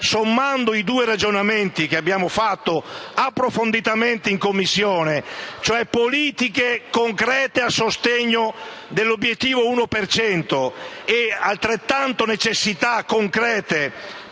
somma dei due ragionamenti che abbiamo fatto approfonditamente in Commissione - cioè politiche concrete a sostegno dell'obiettivo dell'uno per cento